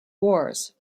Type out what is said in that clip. wars